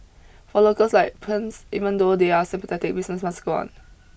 for locals like Puns even though they're sympathetic business must go on